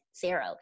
zero